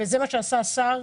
וזה מה שעשה השר,